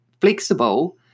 flexible